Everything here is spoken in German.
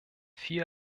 viel